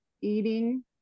eating